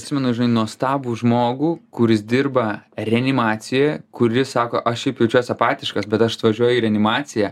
atsimenu žinai nuostabų žmogų kuris dirba reanimacijoje kuris sako aš šiaip jaučiuosi apatiškas bet aš atvažiuoju į reanimaciją